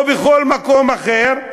או בכל מקום אחר,